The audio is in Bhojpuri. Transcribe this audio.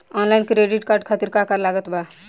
आनलाइन क्रेडिट कार्ड खातिर का का लागत बा?